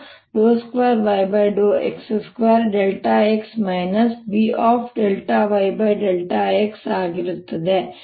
ಮತ್ತು ಇದು A B ∂y∂x Bx B ∂y∂x ಆಗಿರುತ್ತದೆ